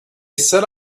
set